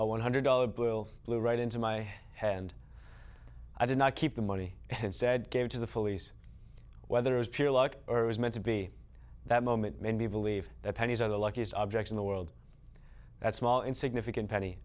a one hundred dollar bill blew right into my head and i did not keep the money and said gave it to the police whether it was pure luck or it was meant to be that moment made me believe that pennies are the luckiest objects in the world that small insignificant penny